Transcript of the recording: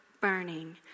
burning